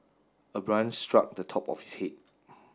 a branch struck the top of his head